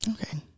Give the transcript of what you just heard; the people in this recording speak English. okay